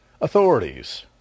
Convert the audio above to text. authorities